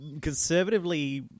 conservatively